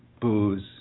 booze